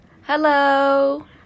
Hello